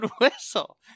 whistle